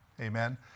Amen